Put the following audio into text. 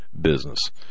business